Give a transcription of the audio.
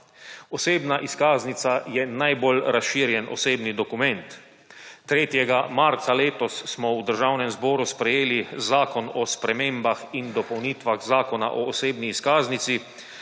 Osebna izkaznica je najbolj razširjen osebni dokument. 3. marca letos smo v Državnem zboru sprejeli Zakon o spremembah in dopolnitvah Zakona o osebni izkaznici,